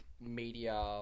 Media